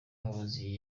umuyobozi